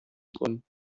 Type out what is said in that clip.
brunnen